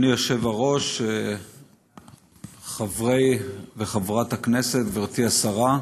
אדוני היושב-ראש, חברי וחברת הכנסת, גברתי השרה,